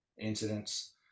incidents